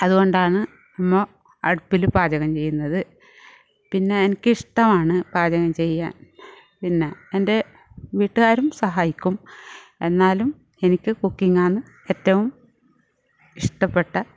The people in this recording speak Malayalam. അതുകൊണ്ടാണ് നമ്മൾ അടുപ്പിൽ പാചകം ചെയ്യുന്നത് പിന്നെ എനിക്ക് ഇഷ്ടമാണ് പാചകം ചെയ്യാൻ പിന്നെ എൻ്റെ വീട്ടുകാരും സഹായിക്കും എന്നാലും എനിക്ക് കുക്കിങ്ങാണ് ഏറ്റവും ഇഷ്ടപ്പെട്ട